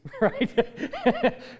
right